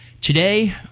Today